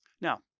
Now